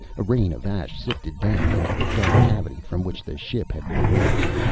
a rain of ash sifted down into the dark cavity from which the ship had been raised.